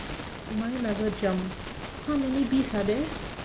mine never jump how many bees are there